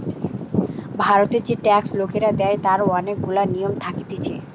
ভারতের যে ট্যাক্স লোকরা দেয় তার অনেক গুলা নিয়ম থাকতিছে